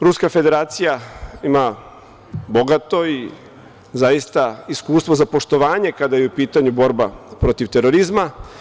Ruska Federacija ima bogato i zaista iskustvo za poštovanje kada je u pitanju borba protiv terorizma.